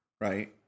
Right